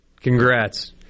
Congrats